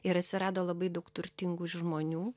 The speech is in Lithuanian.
ir atsirado labai daug turtingų žmonių